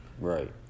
Right